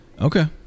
Okay